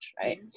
Right